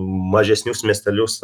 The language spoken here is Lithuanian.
mažesnius miestelius